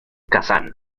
kazán